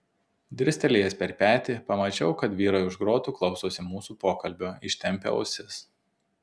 dirstelėjęs per petį pamačiau kad vyrai už grotų klausosi mūsų pokalbio ištempę ausis